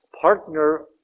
partner